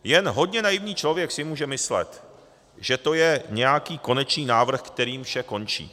Jen hodně naivní člověk si může myslet, že to je nějaký konečný návrh, kterým vše končí.